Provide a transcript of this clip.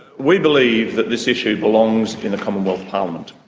we believe that this issue belongs in the commonwealth parliament.